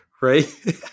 Right